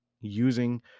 using